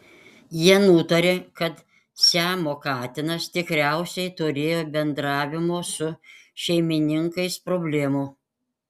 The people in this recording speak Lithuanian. jie nutarė kad siamo katinas tikriausiai turėjo bendravimo su šeimininkais problemų